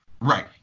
Right